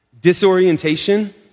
Disorientation